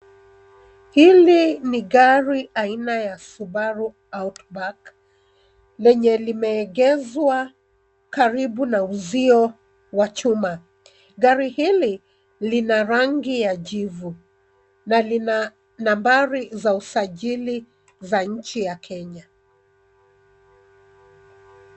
Hili ni gari aina ya Subaru Outback lenye limeegeshwa karibu na uzio wa chuma. Gari hili lina rangi ya jivu na lina nambari za usajili za nchi ya Kenya.